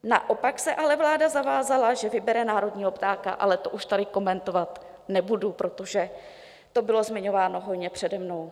Naopak se ale vláda zavázala, že vybere národního ptáka, ale to už tady komentovat nebudu, protože to bylo zmiňováno hojně přede mnou.